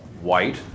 white